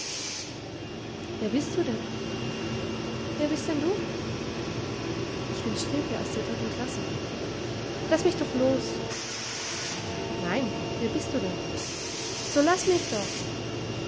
wer bist du denn wer bist denn du ich bin stilpe aus der dritten klasse laß mich doch los nein wer bist du denn so laß mich doch